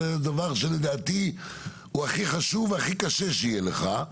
וזה דבר שלדעתי הוא הכי חשוב והכי קשה שיהיה לך,